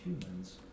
humans